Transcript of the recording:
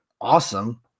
awesome